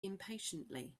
impatiently